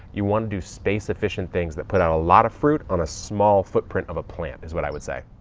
you want to do space-efficient things that put out a lot of fruit on a small footprint of a plant is what i would say.